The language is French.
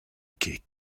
que